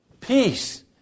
peace